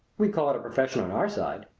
we call it a profession on our side.